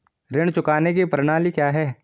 ऋण चुकाने की प्रणाली क्या है?